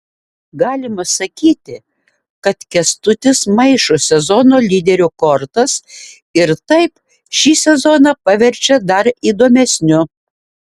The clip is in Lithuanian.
galima sakyti kad kęstutis maišo sezono lyderių kortas ir taip šį sezoną paverčia dar įdomesniu